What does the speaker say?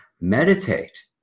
meditate